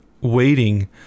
waiting